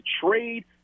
trade